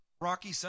rocky